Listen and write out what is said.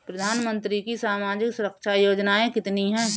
प्रधानमंत्री की सामाजिक सुरक्षा योजनाएँ कितनी हैं?